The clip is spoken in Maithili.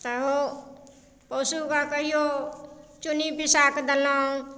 तऽ पशुके कहियो चुन्नी पिसाएके देलहुॅं